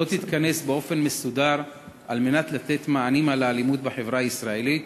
תתכנס באופן מסודר כדי לתת מענה לאלימות בחברה הישראלית,